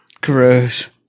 Gross